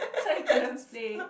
so I couldn't play